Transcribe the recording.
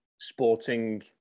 sporting